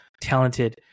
talented